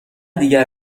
دیگر